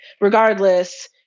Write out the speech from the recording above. regardless